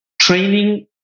training